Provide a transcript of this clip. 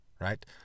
right